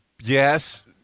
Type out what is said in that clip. Yes